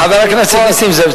חבר הכנסת נסים זאב,